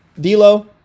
D'Lo